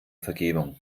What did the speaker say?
vergebung